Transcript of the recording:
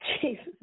Jesus